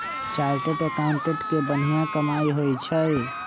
chartered accountant के बनिहा कमाई होई छई